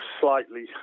slightly